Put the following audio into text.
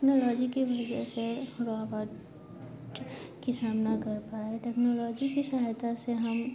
technology की वजह से रोबट की सामना कर पाए टेक्नोलॉजी की सहायता से हम